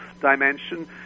dimension